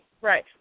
Right